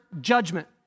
judgment